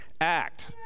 act